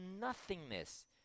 nothingness